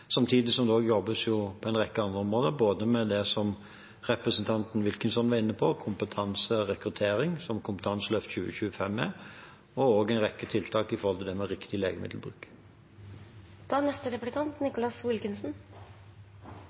Samtidig jobbes det på en rekke andre områder, både med det representanten Wilkinson var inne på, kompetanse og rekruttering, som Kompetanseløft 2025 er, og også med en rekke tiltak knyttet til